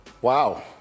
Wow